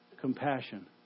compassion